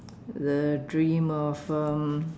the dream of um